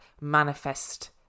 manifest